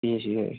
yes yes